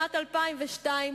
שנת 2002,